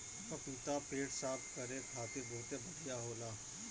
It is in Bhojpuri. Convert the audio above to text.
पपीता पेट साफ़ करे खातिर बहुते बढ़िया होला